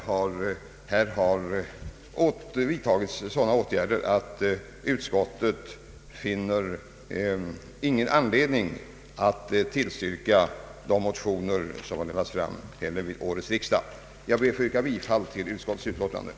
Här har vidtagits sådana åtgärder att utskottet inte finner någon anledning att tillstyrka de motioner som lagts fram vid årets riksdag. Jag ber att få yrka bifall till utskottets hemställan.